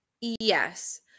yes